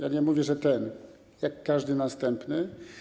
Ja nie mówię, że ten, ten jak każdy następny.